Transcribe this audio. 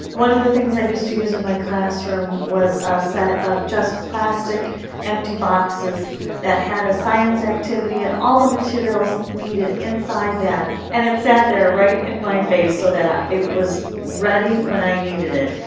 one of the things i used to use in my classroom was a set of just plastic empty boxes that had a science activity and all the materials needed inside that. and it sat there right in my face so ah it was ready when i needed it.